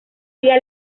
día